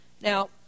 Now